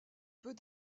peut